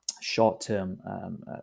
short-term